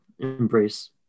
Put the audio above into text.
embrace